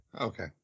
Okay